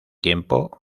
tiempo